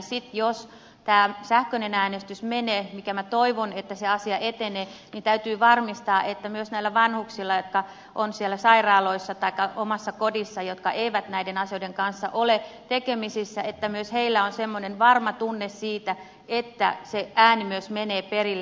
sitten jos tämä sähköinen äänestys etenee ja minä toivon että se asia etenee niin täytyy varmistaa että myös vanhuksilla jotka ovat sairaaloissa taikka omassa kodissaan ja jotka eivät näiden asioiden kanssa ole tekemisissä on semmoinen varma tunne siitä että se ääni myös menee perille